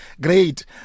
great